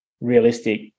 realistic